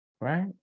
right